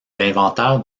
l’inventaire